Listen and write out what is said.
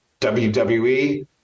WWE